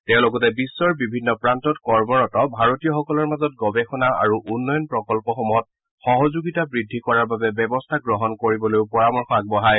তেওঁ লগতে বিশ্বৰ বিভিন্ন প্ৰান্তত কৰ্মৰত ভাৰতীয় সকলৰ মাজত গৱেষণা আৰু উন্নয়ন প্ৰকল্পসমূহত সহযোগিতা বৃদ্ধি কৰাৰ বাবে ব্যৱস্থা গ্ৰহণ কৰিবলৈও পৰামৰ্শ আগবঢ়ায়